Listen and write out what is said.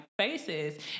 faces